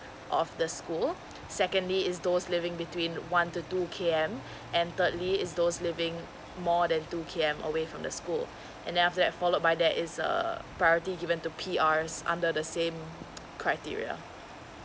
of the school secondly is those living between one to two K M and thirdly is those living more than two K M away from the school and then after that followed by there is err priority given to P R under the same criteria